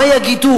מה יגידו